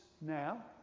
now